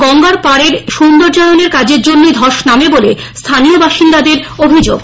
গঙ্গার পাড়ের সৌন্দর্য্যায়নের কাজের জন্যই ধ্বস নামে বলে স্থানীয় বাসিন্দাদের অভিযোগ